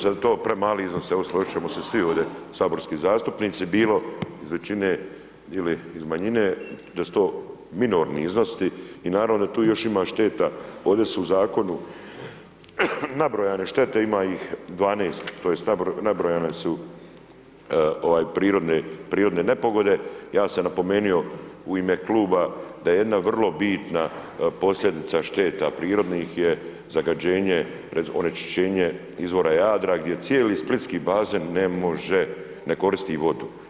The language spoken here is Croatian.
Slažem se da je to premali iznos, evo složit ćemo svi ovdje saborski zastupnici, bilo iz većine ili iz manjine, da su to minorni iznosi i naravno da tu još ima šteta, ovdje su u zakonu nabrojane štete, ima ih 12, tj. nabrojane su prirodne nepogode, ja sam napomenuo u ime kluba da je jedna vrlo bitna posljedica šteta prirodnih je, zagađenje, onečišćenje izvora Jadra gdje cijeli splitski bazen ne može, ne koristi vodu.